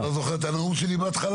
אתה לא זוכר את הנאום שלי בהתחלה?